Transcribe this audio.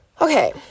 Okay